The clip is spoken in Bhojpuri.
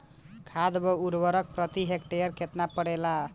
खाद व उर्वरक प्रति हेक्टेयर केतना परेला?